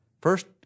First